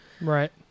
Right